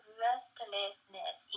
restlessness